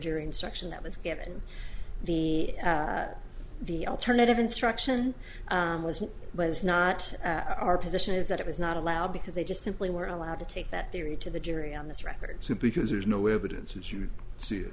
jury instruction that was given the the alternative instruction was it was not our position is that it was not allowed because they just simply were allowed to take that theory to the jury on this record